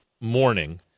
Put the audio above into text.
morning